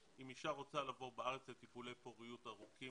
אם אישה רוצה לבוא לארץ לטיפולי פוריות ארוכים